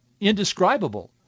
indescribable